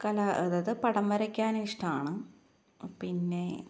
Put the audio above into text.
കല അതായത് പടം വരയ്ക്കാന് ഇഷ്ടമാണ് പിന്നെ